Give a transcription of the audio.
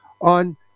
on